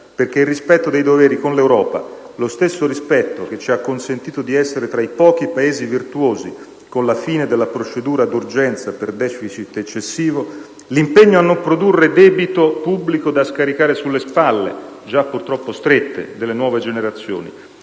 perché il rispetto dei doveri con l'Europa, lo stesso rispetto che ci ha consentito di essere tra i pochi Paesi virtuosi con la fine della procedura d'urgenza per *deficit* eccessivo, l'impegno a non produrre debito pubblico da scaricare sulle spalle, già piuttosto strette, delle nuove generazioni,